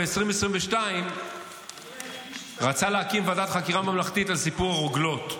ב-2022 רצה להקים ועדת חקירה ממלכתית על סיפור הרוגלות.